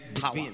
power